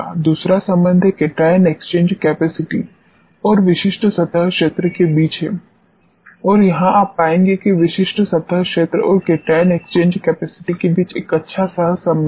दूसरा संबंध है केटायन एक्सचेंज कैपेसिटी और विशिष्ट सतह क्षेत्र के बीच है और यहां आप पाएंगे कि विशिष्ट सतह क्षेत्र और केटायन एक्सचेंज कैपेसिटी के बीच एक अच्छा सह संबंध है